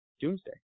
Doomsday